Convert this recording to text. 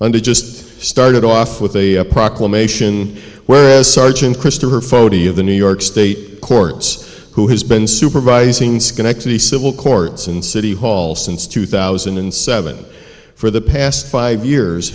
under just started off with a proclamation whereas sergeant christopher foti of the new york state courts who has been supervising schenectady civil courts and city hall since two thousand and seven for the past five years